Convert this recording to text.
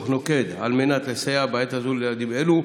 נוקט על מנת לסייע בעת הזו לילדים אלו?